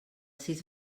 sis